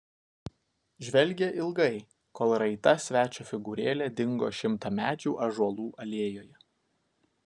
žvelgė ilgai kol raita svečio figūrėlė dingo šimtamečių ąžuolų alėjoje